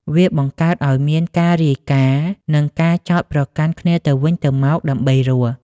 វាបង្កើតឱ្យមានការរាយការណ៍ និងការចោទប្រកាន់គ្នាទៅវិញទៅមកដើម្បីរស់។